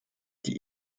die